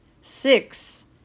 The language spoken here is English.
six